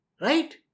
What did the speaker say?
Right